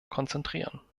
konzentrieren